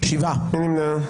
מי נמנע?